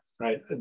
right